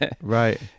right